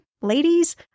ladies